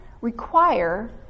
require